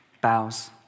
bows